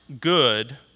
good